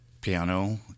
piano